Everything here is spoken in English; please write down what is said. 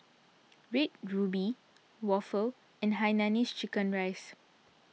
Red Ruby Waffle and Hainanese Chicken Rice